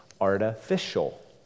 artificial